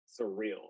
surreal